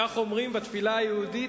כך אומרים בתפילה היהודית,